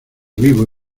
vivo